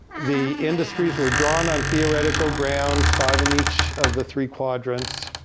the industries were drawn on theoretical grounds. five in each of the three quadrants.